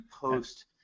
post